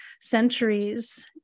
centuries